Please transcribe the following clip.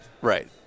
Right